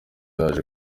haje